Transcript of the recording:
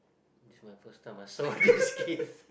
this is my first time I saw this kith